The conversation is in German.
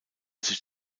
sich